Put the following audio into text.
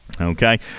Okay